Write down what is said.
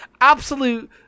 Absolute